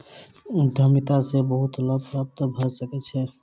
उद्यमिता सॅ बहुत लाभ प्राप्त भ सकै छै